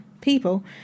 People